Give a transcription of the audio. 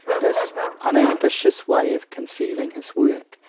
this unambitious way of conceiving his work,